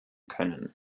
können